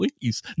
please